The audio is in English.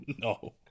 No